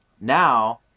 Now